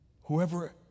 whoever